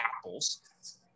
apples